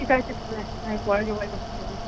ঠিক আছে তাহলে আমি পরে যোগাযোগ করব